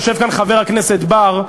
יושב כאן חבר הכנסת בר.